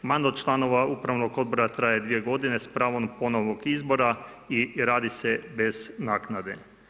Mandat članova upravnog odbora traje 2 godine s pravom ponovnog izbora i radi se bez naknade.